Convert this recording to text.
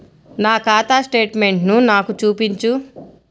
నా ఖాతా స్టేట్మెంట్ను నాకు చూపించు